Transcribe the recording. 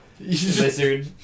Lizard